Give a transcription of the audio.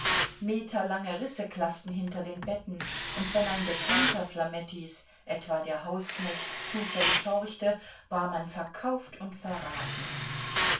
meterlange risse klafften hinter den betten und wenn ein bekannter flamettis etwa der hausknecht zufällig horchte war man verkauft und verraten